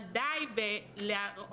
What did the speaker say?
אבל די להראות